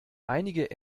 einige